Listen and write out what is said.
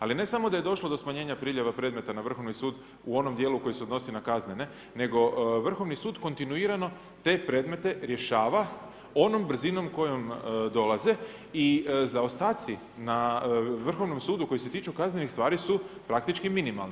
Ali ne samo da je došlo do smanjenja priljeva predmeta na Vrhovni sud u onom djelu koji se odnosi na kaznene, nego Vrhovni sud kontinuirano te predmete rješava onom brzinom kojom dolaze i zaostaci na Vrhovnom sudu koji se tiču kaznenih stvari su praktički minimalni.